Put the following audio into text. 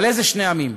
על איזה שני עמים,